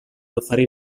oferir